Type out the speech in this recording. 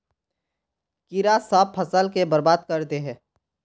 कीड़ा सब फ़सल के बर्बाद कर दे है?